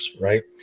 right